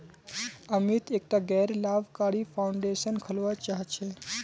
अमित एकटा गैर लाभकारी फाउंडेशन खोलवा चाह छ